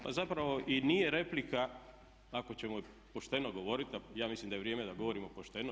Pa zapravo i nije replika, ako ćemo pošteno govoriti, a ja mislim da je vrijeme da govorimo pošteno.